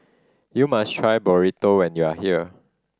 you must try Burrito when you are here